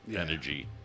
Energy